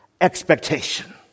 expectation